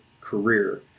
career